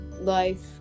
life